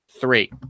three